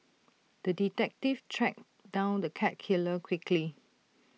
the detective tracked down the cat killer quickly